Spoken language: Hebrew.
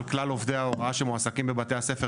כלל עובדי ההוראה שמועסקים בבתי הספר,